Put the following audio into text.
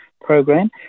program